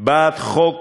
בעד חוק